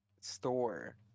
store